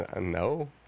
No